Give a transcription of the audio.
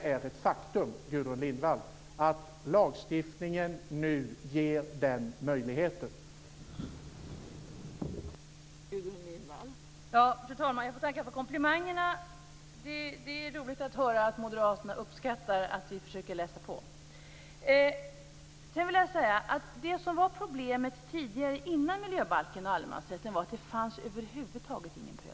Att lagstiftningen nu ger den möjligheten är ett faktum, Gudrun Lindvall.